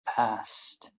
passed